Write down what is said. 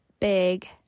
big